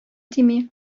тими